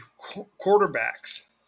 quarterbacks